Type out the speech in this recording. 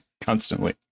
Constantly